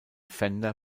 fender